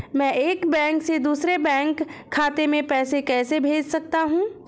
मैं एक बैंक से दूसरे बैंक खाते में पैसे कैसे भेज सकता हूँ?